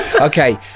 Okay